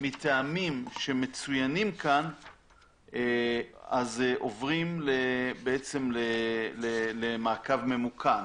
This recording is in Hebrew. מטעמים שמצוינים כאן אז עוברים למעקב ממוכן.